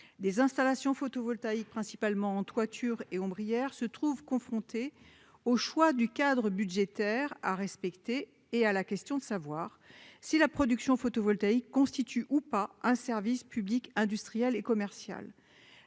des installations photovoltaïques, principalement sur des toitures et des ombrières, se trouvent confrontées au choix du cadre budgétaire à respecter et à la question de savoir si la production photovoltaïque constitue ou non un service public industriel et commercial.